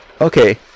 Okay